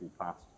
past